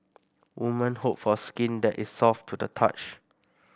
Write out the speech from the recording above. woman hope for skin that is soft to the touch